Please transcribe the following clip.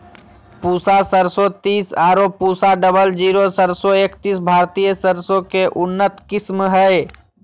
पूसा सरसों तीस आरो पूसा डबल जीरो सरसों एकतीस भारतीय सरसों के उन्नत किस्म हय